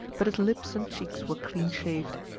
but his lips and cheeks were clean-shaved.